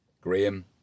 Graham